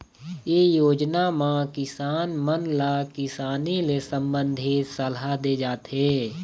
ए योजना म किसान मन ल किसानी ले संबंधित सलाह दे जाथे